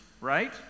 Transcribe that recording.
right